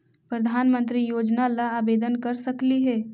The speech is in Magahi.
प्रधानमंत्री योजना ला आवेदन कर सकली हे?